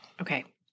Okay